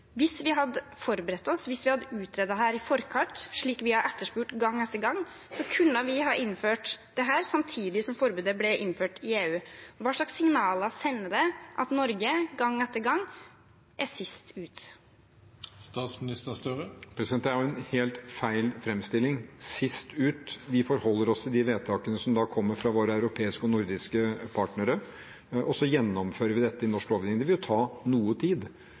Hvis vi hadde forberedt oss, hvis vi hadde utredet i forkant, slik vi har etterspurt gang etter gang, kunne vi ha innført dette samtidig som forbudet ble innført i EU. Hva slags signaler sender det at Norge gang etter gang er sist ut? Det er jo en helt feil framstilling – «sist ut». Vi forholder oss til de vedtakene som kommer fra våre europeiske og nordiske partnere, og så gjennomfører vi dette i norsk lovgivning. De vil ta noe tid,